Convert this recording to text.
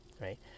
right